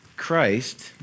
Christ